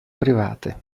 private